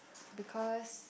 because